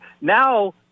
Now